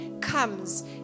comes